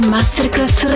Masterclass